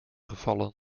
gevallen